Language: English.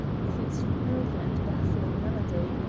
with its familiar and baffling melody,